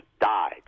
died